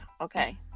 okay